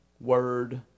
word